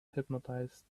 hypnotized